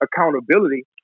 accountability